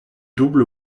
double